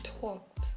talked